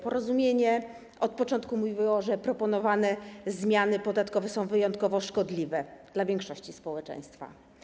Porozumienie od początku mówiło, że proponowane zmiany podatkowe są wyjątkowo szkodliwe dla większości społeczeństwa.